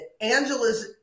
Angela's